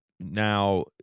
now